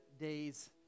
days